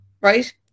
right